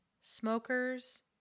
smokers